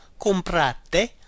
COMPRATE